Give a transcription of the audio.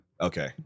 Okay